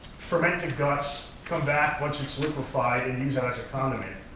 ferment the guts, come back once it's liquefied, and use it as a condiment.